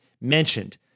mentioned